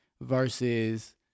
versus